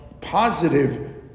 positive